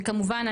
וכמובן,